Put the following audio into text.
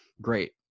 Great